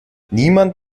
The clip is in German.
niemand